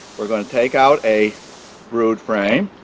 we're going to take out a brood frame